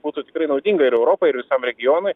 būtų tikrai naudinga ir europai ir visam regionui